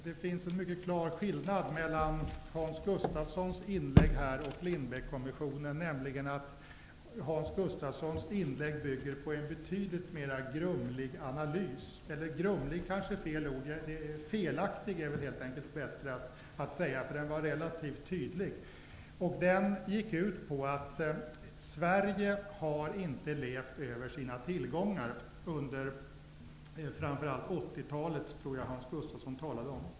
Det finns en mycket klar skillnad mellan Hans Gustafssons inlägg och Lindbeckkommissionens förslag, nämligen att Hans Gustafssons inlägg bygger på en betydligt mer grumlig analys. Grumlig är kanske fel ord. Det är bättre att säga felaktig, eftersom analysen var relativt tydlig. Den gick ut på att Sverige inte har levt över sina tillgångar. Jag tror att Hans Gustafsson framför allt talade om 80-talet.